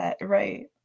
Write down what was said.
right